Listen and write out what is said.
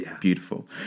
Beautiful